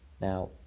Now